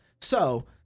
So-